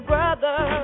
Brother